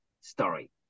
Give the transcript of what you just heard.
story